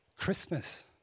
Christmas